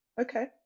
Okay